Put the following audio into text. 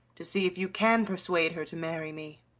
to see if you can persuade her to marry me.